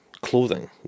clothing